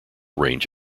range